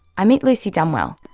i meet lucy dunwell.